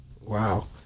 Wow